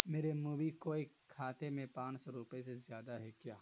میرے موبی کوئک خاتے میں پانچ سو روپئے سے زیادہ ہے کیا